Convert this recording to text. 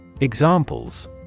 Examples